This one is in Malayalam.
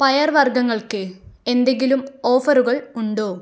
പയർവർഗ്ഗങ്ങൾക്ക് എന്തെങ്കിലും ഓഫറുകൾ ഉണ്ടോ